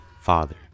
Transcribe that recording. father